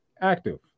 active